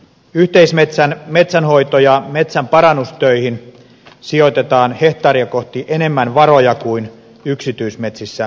yhteismetsän metsänhoito ja metsänparannustöihin sijoitetaan hehtaaria kohti enemmän varoja kuin yksityismetsissä keskimäärin